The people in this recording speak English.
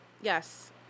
Yes